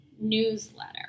newsletter